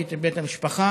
הייתי בבית המשפחה.